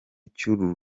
cy’uru